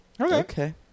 Okay